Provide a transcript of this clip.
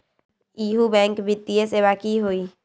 इहु बैंक वित्तीय सेवा की होई?